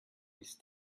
ist